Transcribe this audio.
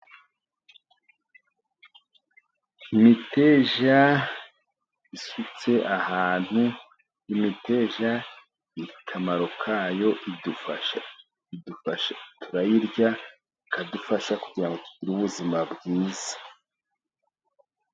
Imiteja isutse ahantu. Imiteja akamaro kayo, turayirya ikadufasha kugira ubuzima bwiza.